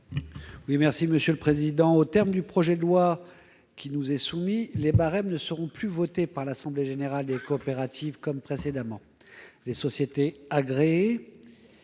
à M. David Assouline. Aux termes du projet de loi qui nous est soumis, les barèmes ne seront plus votés par l'assemblée générale des coopératives comme précédemment. Les sociétés agréées